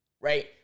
right